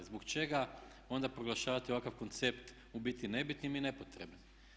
Zbog čega onda proglašavate ovakav koncept u biti nebitnim i nepotrebnim?